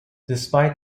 despite